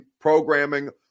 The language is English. programming